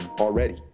Already